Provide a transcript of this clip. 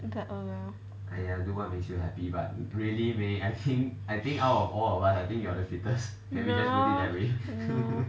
!aiya! no no